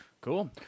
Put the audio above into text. Cool